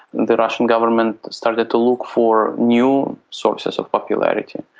the russian government started to look for new sources of popularity.